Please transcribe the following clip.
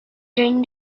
during